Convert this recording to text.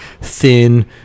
thin